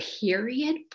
period